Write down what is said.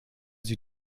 sie